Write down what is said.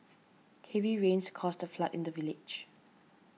heavy rains caused a flood in the village